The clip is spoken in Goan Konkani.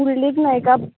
पुंडलीक नायका